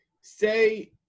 Say